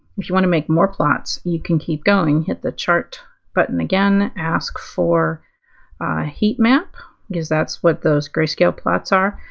if you want to make more plots, you can keep going. hit the chart button again. ask for a heat map because that's what those grayscale plots are.